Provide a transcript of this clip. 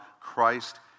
Christ